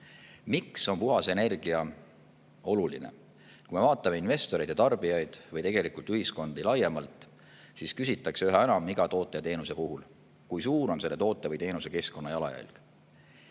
Miks on puhas energia oluline? Kui me vaatame investoreid ja tarbijaid või ühiskondi laiemalt, siis küsitakse üha enam iga toote ja teenuse puhul, kui suur on selle toote või teenuse keskkonnajalajälg.